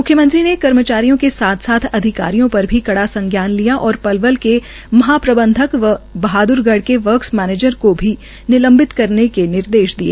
म्ख्यमंत्री ने कर्मचारियों के साथ साथ अधिकारियों पर भी कड़ा संज्ञान लिया और पलवल के महाप्रबंधक व बहादुरगढ़ के वर्कस मैनेजर को भी निलम्बित करने के भी निदेश दिए